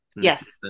Yes